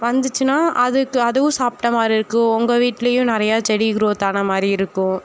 வந்துச்சினால் அதுக்கு அதுவும் சாப்பிட்ட மாதிரி இருக்கும் உங்கள் வீட்டிலையும் நிறையா செடி குரோத்தான மாதிரி இருக்கும்